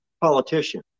politician